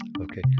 Okay